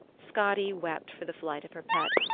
skadi wept for the flight of her pet,